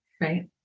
Right